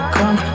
Come